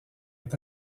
est